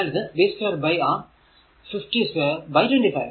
അതിനാൽ ഇത് v2 by R 50 2 by 25